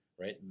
Right